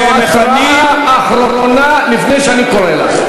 זו התראה אחרונה לפני שאני קורא לך.